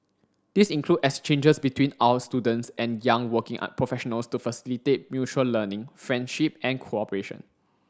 these include exchanges between our students and young working professionals to facilitate mutual learning friendship and cooperation